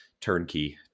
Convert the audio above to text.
turnkey